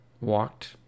walked